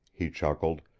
he chuckled.